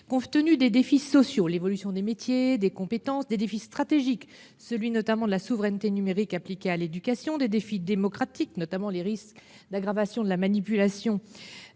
confrontés à des défis sociaux, comme l'évolution des métiers et des compétences, à des défis stratégiques, notamment celui de la souveraineté numérique appliquée à l'éducation, à des défis démocratiques, en particulier les risques d'aggravation de la manipulation